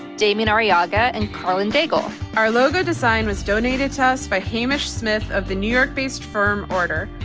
damian arriaga and karlyn daigle. our logo design was donated to us by hamish smith of the new york-based firm order.